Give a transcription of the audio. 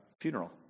funeral